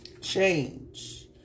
Change